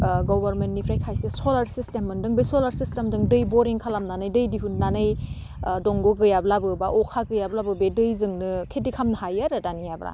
गभार्मेन्टनिफ्राय खायसे solar system मोनदों बे सलार सिस्टेमजों दै बरिं खालामनानै दै दिहुननानै दंग' गैयाब्लाबो बा अखा गैयाब्लाबो बे दैजोंनो खेथि खालामनो हायो आरो दानियाब्ला